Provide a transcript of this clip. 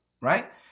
right